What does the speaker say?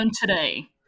today